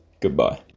goodbye